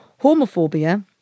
homophobia